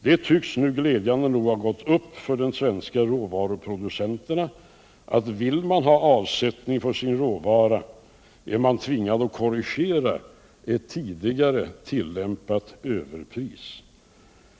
Det tycks nu glädjande nog ha gått upp för de svenska råvaruproducenterna, att vill man ha avsättning för sin råvara, är man tvingad att korrigera ett tidigare tillämpat överpris.